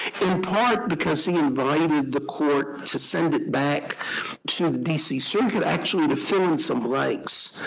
in part because he invited the court to send it back to the dc circuit actually to fill in some blanks,